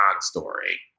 story